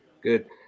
Good